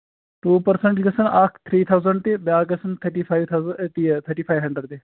two percent گژھان اکھ three thousand تہِ بیٛاکھ گژھن تھٔٹی فایِو تھٔٹی فایِو ہٮ۪نٛڈرَڈ تہِ